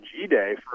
G-Day